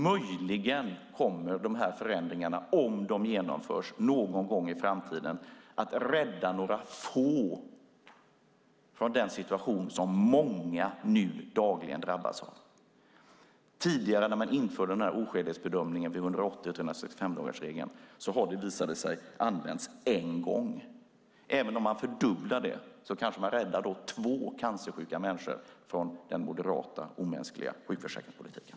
Möjligen kommer de här förändringarna, om de genomförs någon gång i framtiden, att rädda några få från den situation som många nu dagligen drabbas av. Tidigare när man införde den här oskälighetsbedömningen i 180 och 365-dagarsregeln användes den en gång. Om man fördubblar det räddar man kanske två cancersjuka människor från den moderata, omänskliga sjukförsäkringspolitiken.